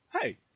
hey